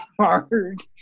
hard